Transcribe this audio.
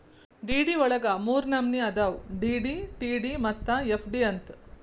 DD ವಳಗ ಮೂರ್ನಮ್ನಿ ಅದಾವು ಡಿ.ಡಿ, ಟಿ.ಡಿ ಮತ್ತ ಎಫ್.ಡಿ ಅಂತ್